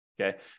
okay